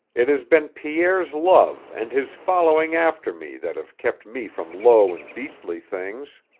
it has been pierre's love and his following after me that have kept me from low and beastly things.